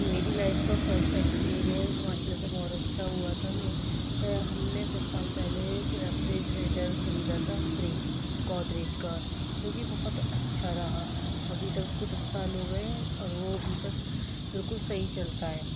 میری لائف کا first experience ماشاء اللہ سے بہت اچھا ہُوا تھا میں ہم نے دس سال پہلے ایک ریفریجریٹر خریدا تھا فریج گودریج کا جو کہ بہت اچھا رہا ابھی تک اُس کو دس سال ہو گئے ہیں اور وہ ابھی تک بالکل صحیح چلتا ہے